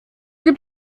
gibt